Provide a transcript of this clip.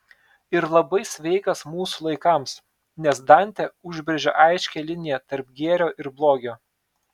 ir labai sveikas mūsų laikams nes dantė užbrėžia aiškią liniją tarp gėrio ir blogio